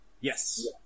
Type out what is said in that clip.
Yes